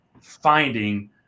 finding